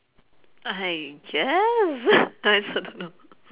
I guess I also don't know